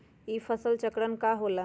ई फसल चक्रण का होला?